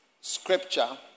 scripture